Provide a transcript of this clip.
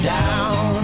down